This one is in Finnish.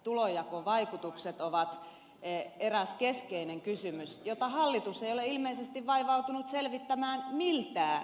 tulonjakovaikutukset ovat eräs keskeinen kysymys jota hallitus ei ole ilmeisesti vaivautunut selvittämään miltään taholta